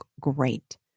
great